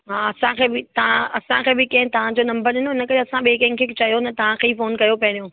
हा असांखे बि तव्हां असांखे बि कंहिं तव्हांजो नम्बर ॾिनो इन करे असां ॿिए कंहिंखे चयो न तव्हांखे ई फोन कयो पहिरियों